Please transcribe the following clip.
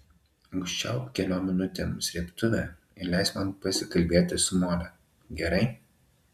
užčiaupk keliom minutėm srėbtuvę ir leisk man pasikalbėti su mole gerai